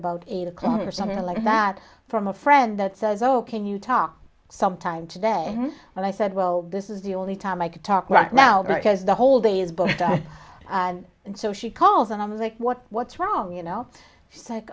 about eight o'clock or something like that from a friend that says oh can you talk sometime today and i said well this is the only time i can talk right now because the whole day is book and and so she calls and i'm like what what's wrong you know